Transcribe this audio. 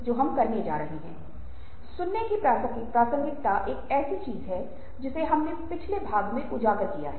अब हम जल्दी से कुछ प्रमुख अवधारणाओं पर ध्यान देते हैं जो सहानुभूति की परिभाषा में शामिल हैं